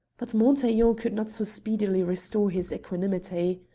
but montaiglon could not so speedily restore his equanimity.